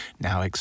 now